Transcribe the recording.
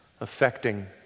affecting